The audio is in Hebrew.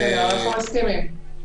--- אנחנו מסכימים.